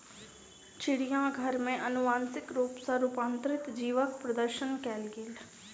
चिड़ियाघर में अनुवांशिक रूप सॅ रूपांतरित जीवक प्रदर्शन कयल गेल